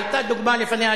היתה דוגמה לפניה,